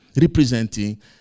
representing